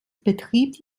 betreibt